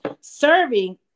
serving